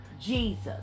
Jesus